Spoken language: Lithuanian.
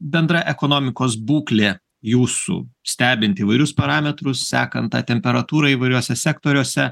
bendra ekonomikos būklė jūsų stebint įvairius parametrus sekant tą temperatūrą įvairiuose sektoriuose